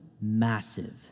massive